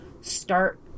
start